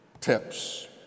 tips